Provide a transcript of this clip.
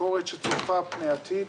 ביקורת שצופה פני עתיד,